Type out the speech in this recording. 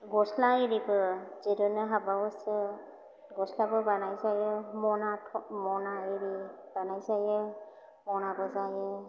गस्ला एरिबो दिरुननो हाबावोसो गस्लाबो बानायजायो मना मना एरि बानाजायो मनाबो जायो